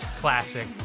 Classic